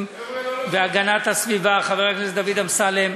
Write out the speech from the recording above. והגנת הסביבה חבר הכנסת דוד אמסלם,